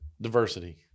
diversity